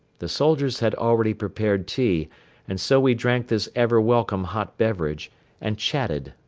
the soldiers had already prepared tea and so we drank this ever welcome hot beverage and chatted,